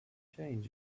change